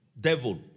devil